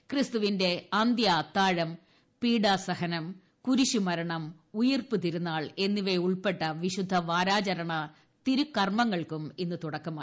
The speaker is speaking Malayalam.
ക്രിസ്തുവിന്റെ അന്ത്യ അത്താഴം പീഡാസഹനം കുരിശുമരണം ഉയിർപ്പ് തിരുനാൾ എന്നിവയുൾപ്പെട്ട വിശുദ്ധ വാരാചരണ തിരുക്കർമ്മങ്ങൾക്കും ഇന്ന് തുടക്കമായി